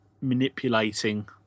manipulating